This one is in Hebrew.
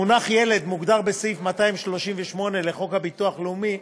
המונח "ילד" מוגדר בסעיף 238 לחוק הביטוח הלאומי,